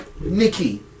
Nikki